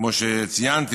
כמו שציינתי,